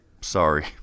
Sorry